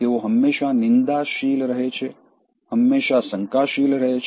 તેઓ હંમેશા નિંદાશીલ રહેશે તેઓ હંમેશા શંકાશીલ રહેશે